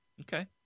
Okay